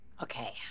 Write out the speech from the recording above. Okay